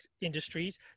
industries